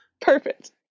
perfect